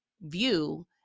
view